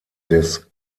des